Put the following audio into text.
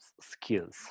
skills